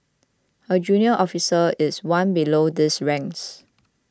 a junior officer is one below these ranks